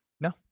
No